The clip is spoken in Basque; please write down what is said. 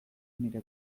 nire